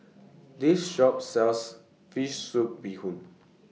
This Shop sells Fish Soup Bee Hoon